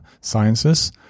sciences